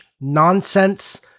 nonsense